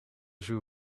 zoo